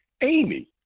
Amy